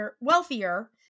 wealthier